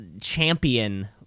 champion